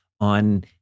on